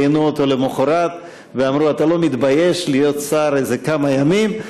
ראיינו אותו למוחרת ואמרו: אתה לא מתבייש להיות שר לכמה ימים?